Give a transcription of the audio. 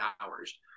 hours